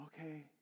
okay